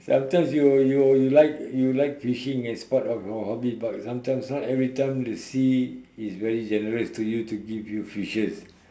sometime you you you like you like fishing and sport of all for hobbies but sometimes not every time the sea is very generous to you to give you fishes